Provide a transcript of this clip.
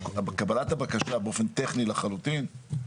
ושקבלת הבקשה תהיה באופן טכני לחלוטין,